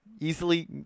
easily